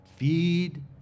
Feed